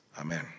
Amen